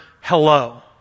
hello